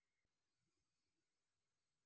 तणनाशक कोणकोणत्या झाडावर व फळावर मारणे उपयोगी आहे?